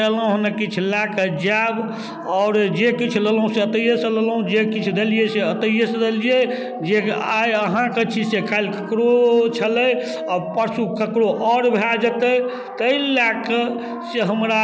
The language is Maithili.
करै छी अइके लागि कऽ जे ततेक जोर सर्दी आइ काल्हिमे फेर भए गेल अहिना सर्दी होइत होइत मोन अहिमे अहाँ कहऽ लगबै कि जे की फेर कोरोना वाइरस नहि आबि जाइ ओइके लोक बहुत डर मानै छै ओइके लए कए जहाँ एक रति छीङ्क चलल